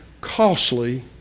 costly